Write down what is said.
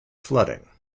flooding